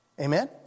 Amen